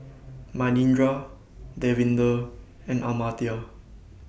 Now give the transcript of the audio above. Manindra Davinder and Amartya